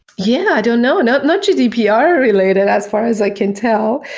yeah. i don't know. not not gdpr related as far as i can tell.